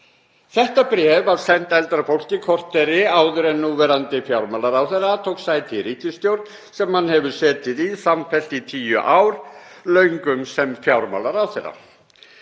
Þetta bréf var sent eldra fólki korteri áður en núverandi fjármálaráðherra tók sæti í ríkisstjórn sem hann hefur setið í samfellt í tíu ár, löngum sem fjármálaráðherra.